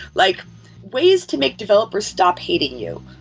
like ways to make developers stop hating you.